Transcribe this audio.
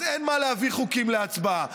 אז אין מה להביא חוקים להצבעה,